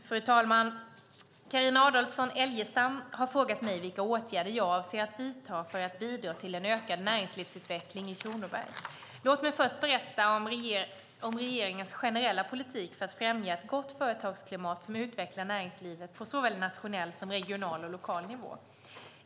Fru talman! Carina Adolfsson Elgestam har frågat mig vilka åtgärder jag avser att vidta för att bidra till ökad näringslivsutveckling i Kronoberg. Låt mig först berätta om regeringens generella politik för att främja ett gott företagsklimat som utvecklar näringslivet på såväl nationell som regional och lokal nivå.